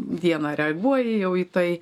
dieną reaguoji jau į tai